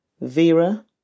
Vera